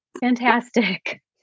Fantastic